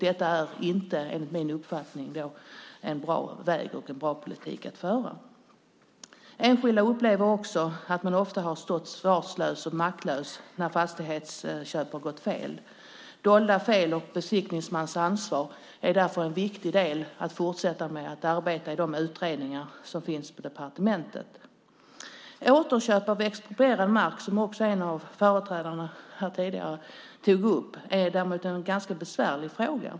Detta är enligt min uppfattning inte en bra väg att gå eller en bra politik att föra. Enskilda upplever också att de ofta har stått svarslösa och maktlösa när fastighetsköp har gått fel. Dolda fel och besiktningsmans ansvar är därför en viktig del att fortsätta att arbeta med i de utredningar som pågår på departementet. Återköp av exproprierad mark, som en av företrädarna här tidigare tog upp, är en ganska besvärlig fråga.